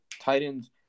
Titans